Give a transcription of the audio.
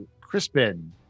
Crispin